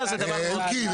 קשיים משפטיים זה --- אלקין,